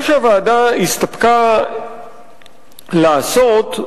מה שהוועדה הסתפקה בו, לעשות,